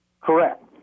Correct